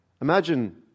Imagine